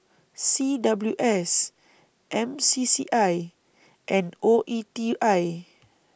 C W S M C C I and O E T I